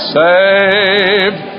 saved